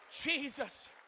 Jesus